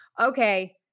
Okay